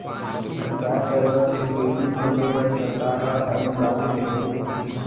गाय गरूवा के डेयरी खोले बर सरकार ह अनुदान देथे